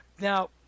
Now